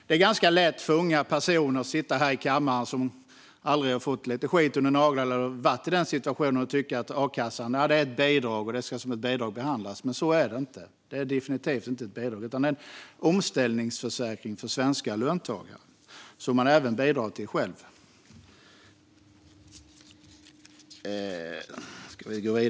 Det är ganska lätt för unga personer som sitter här i kammaren och aldrig har fått lite skit under naglarna eller varit i den situationen att tycka att a-kassan är ett bidrag och ska behandlas som ett sådant. Men så är det inte. A-kassan är definitivt inte ett bidrag, utan det är en omställningsförsäkring för svenska löntagare som man även bidrar till själv.